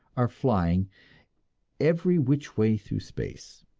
are flying every which way through space!